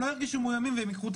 הם לא ירגישו מאוימים והם ייקחו את